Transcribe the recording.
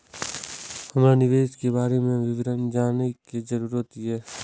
हमरा निवेश के बारे में विवरण जानय के जरुरत ये?